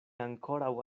ankoraŭ